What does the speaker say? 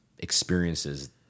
experiences